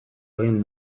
egin